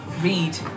read